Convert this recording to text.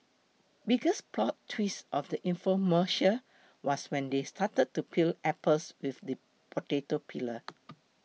biggest plot twist of the infomercial was when they started to peel apples with the potato peeler